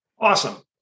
Awesome